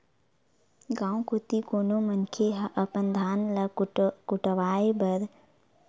गाँव कोती कोनो मनखे ह अपन धान ल कुटावय बर जाथे अइसन म ओमन ह धनकुट्टीच म जाथे धनकुट्टी घलोक अचल संपत्ति म आथे